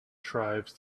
tribes